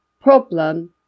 Problem